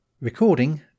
Recording